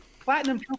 platinum